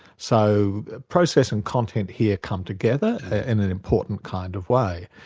so process and content here come together in an important kind of way,